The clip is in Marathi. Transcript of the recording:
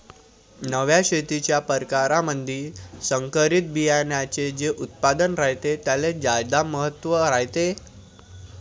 नव्या शेतीच्या परकारामंधी संकरित बियान्याचे जे उत्पादन रायते त्याले ज्यादा महत्त्व रायते